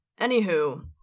Anywho